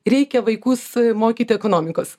reikia vaikus mokyti ekonomikos